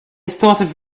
started